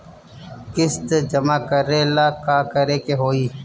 किस्त जमा करे ला का करे के होई?